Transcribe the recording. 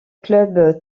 club